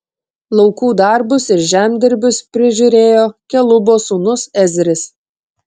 laukų darbus ir žemdirbius prižiūrėjo kelubo sūnus ezris